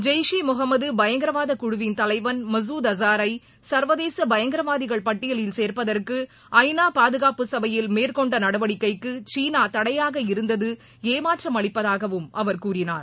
ஜெய் ஷே முகமது பயங்கரவாத குழுவின் தலைவன் மசூத் அசாரை ச்வதேச பயங்கரவாதிகள் பட்டியலில் சேர்ப்பதற்கு ஐநா பாதுகாப்பு சபையில் மேற்கொண்ட நடவடிக்கைக்கு சீனா தடையாக இருந்தது ஏமாற்றம் அளிப்பதாகவும் அவர் கூறினர்